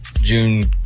June